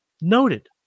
Noted